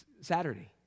Saturday